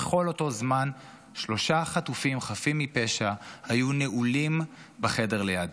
וכל אותו זמן שלושה חטופים חפים מפשע היו נעולים בחדר ליד.